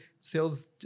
sales